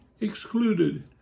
excluded